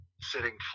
sitting